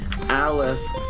Alice